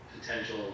potential